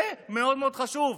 זה מאוד מאוד חשוב.